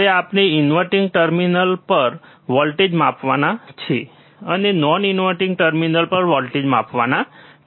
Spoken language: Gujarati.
હવે આપણે ઇન્વર્ટીંગ ટર્મિનલ પર વોલ્ટેજ માપવાના છે અને નોન ઇન્વર્ટીંગ ટર્મિનલ પર વોલ્ટેજ માપવાના છે